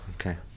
okay